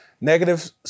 negative